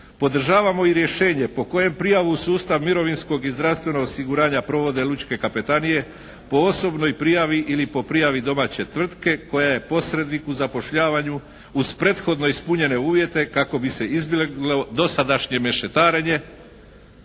Podržavamo i rješenje po kojem prijavu u sustav mirovinskog i zdravstvenog osiguranja provode lučke kapetanije po osobnoj prijavi ili po prijavi domaće tvrtke koja je posrednik u zapošljavanju uz prethodno ispunjene uvjete kako bi se izbjeglo dosadašnje mešetarenje.